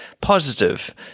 positive